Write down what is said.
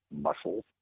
muscles